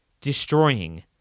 destroying